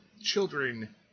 children